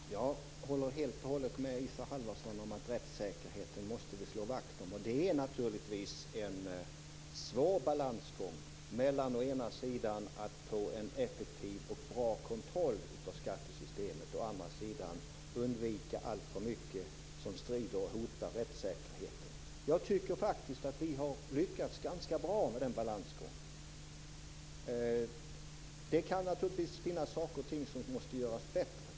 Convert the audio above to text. Fru talman! Jag håller helt och hållet med Isa Halvarsson om att vi måste slå vakt om rättssäkerheten. Det är naturligtvis en svår balansgång mellan att å ena sidan få en bra och effektiv kontroll av skattesystemet, å andra sidan undvika allt för mycket som strider och hotar rättssäkerheten. Jag tycker faktiskt att vi har lyckats ganska bra med den balansgången. Det kan naturligtvis finnas saker och ting som måste göras bättre.